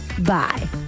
bye